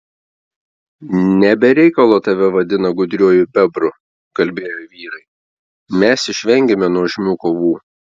ne be reikalo tave vadina gudriuoju bebru kalbėjo vyrai mes išvengėme nuožmių kovų